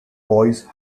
boise